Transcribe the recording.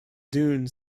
dune